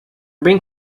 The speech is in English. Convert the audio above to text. being